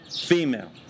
female